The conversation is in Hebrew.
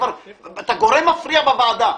אתה גורם מפריע בוועדה.